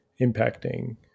impacting